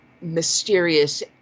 mysterious